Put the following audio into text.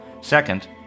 Second